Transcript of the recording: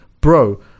bro